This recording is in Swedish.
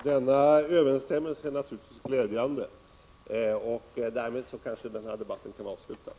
Herr talman! Denna överensstämmelse är naturligtvis glädjande och därmed kanske den här debatten kan avslutas.